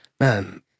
man